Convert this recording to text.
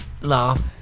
Laugh